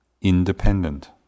independent